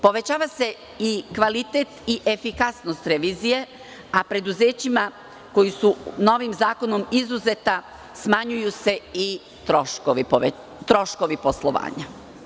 Povećava se kvalitet i efikasnost revizije, a preduzećima koja su novim zakonom izuzeta se smanjuju i troškovi poslovanja.